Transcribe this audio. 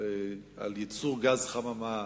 בצמצום פליטת גזי חממה,